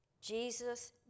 Jesus